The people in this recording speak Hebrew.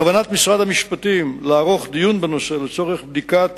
בכוונת משרד המשפטים לעשות דיון בנושא לצורך בדיקת